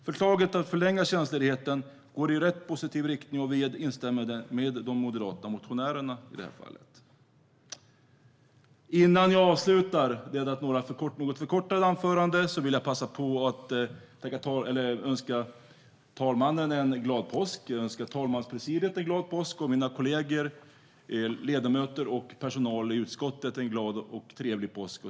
Förslaget att förlänga tjänstledigheten går i rätt och positiv riktning, och vi instämmer med de moderata motionärerna i det fallet. Innan jag avslutar detta något förkortade anförande vill jag passa på att önska herr talmannen och talmanspresidiet en glad påsk. Jag önskar också mina kollegor, ledamöter och personal i utskottet en glad och trevlig påsk.